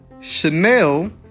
Chanel